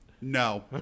no